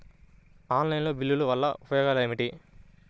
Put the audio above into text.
Online బిల్లుల వల్ల ఉపయోగమేమిటీ?